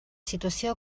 situació